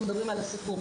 אנחנו מדברים על הסכו"ם.